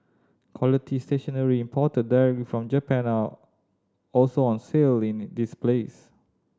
quality stationery imported directly from Japan are also on sale in this place